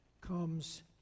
comes